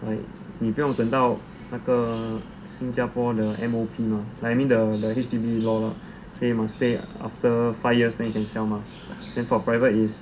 like 你不用等到那个新加坡的 M_O_P mah I mean the the H_D_B law say must stay five years then can sell mah then for private